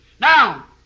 now